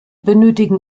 benötigen